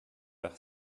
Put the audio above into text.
par